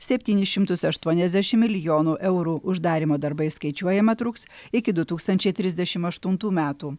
septynis šimtus aštuoniasdešim milijonų eurų uždarymo darbai skaičiuojama truks iki du tūkstančiai trisdešim aštuntų metų